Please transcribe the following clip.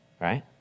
Right